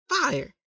fire